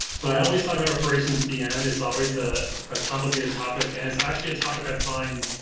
but i always talk about reparations at the end. it's always ah a complicated topic, and it's actually a topic i find,